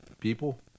People